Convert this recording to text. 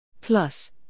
Plus